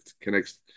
connects